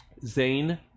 Zane